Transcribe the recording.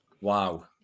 wow